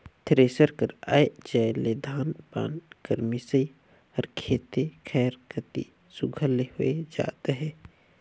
thresher कर आए जाए ले धान पान कर मिसई हर खेते खाएर कती सुग्घर ले होए जात अहे